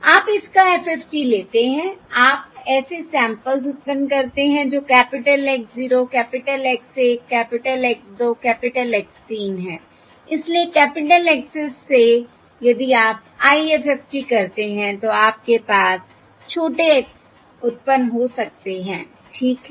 आप इसका FFT लेते हैं आप ऐसे सैंपल्स उत्पन्न करते हैं जो capital X 0 capital X 1 capital X 2 capital X 3 है इसलिए कैपिटल X s से यदि आप IFFT करते हैं तो आपके पास छोटे x s उत्पन्न हो सकते हैं ठीक है